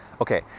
Okay